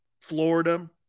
Florida